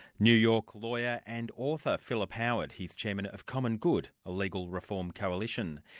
new york lawyer and author philip howard. he's chairman of common good, a legal reform coalition.